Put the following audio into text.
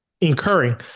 incurring